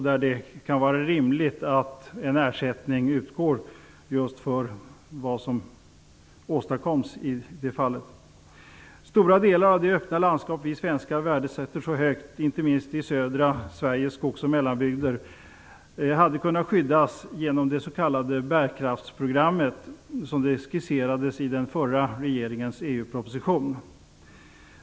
Det kan vara rimligt att en ersättning utgår för detta. Stora delar av det öppna landskap som vi svenskar värdesätter så högt, inte minst i södra Sveriges skogsoch mellanbygder, hade kunnat skyddas genom det s.k. bärkraftsprogrammet, som skisserades i den förra regeringens EU-proposition.